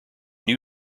new